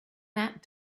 that